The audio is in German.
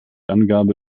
angabe